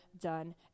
done